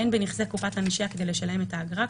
אין בנכסי קופת הנשייה כדי לשלם את האגרה,